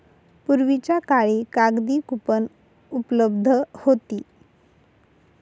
पूर्वीच्या काळी कागदी कूपन उपलब्ध होती